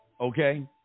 okay